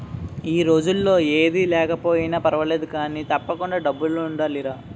ఈ రోజుల్లో ఏది లేకపోయినా పర్వాలేదు కానీ, తప్పకుండా డబ్బులుండాలిరా